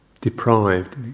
deprived